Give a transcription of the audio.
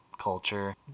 culture